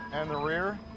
and the rear,